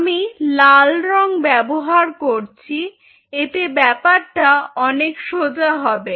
আমি লাল রং ব্যবহার করছি এতে ব্যাপারটা অনেক সোজা হবে